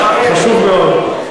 חשוב מאוד.